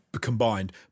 combined